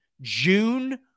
June